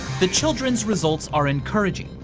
the children's results are encouraging,